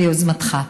ביוזמתך.